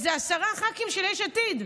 איזה עשרה ח"כים של יש עתיד,